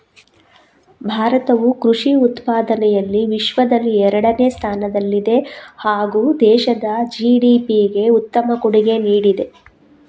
ಭಾರತವು ಕೃಷಿ ಉತ್ಪಾದನೆಯಲ್ಲಿ ವಿಶ್ವದಲ್ಲಿ ಎರಡನೇ ಸ್ಥಾನದಲ್ಲಿದೆ ಹಾಗೂ ದೇಶದ ಜಿ.ಡಿ.ಪಿಗೆ ಉತ್ತಮ ಕೊಡುಗೆ ನೀಡಿದೆ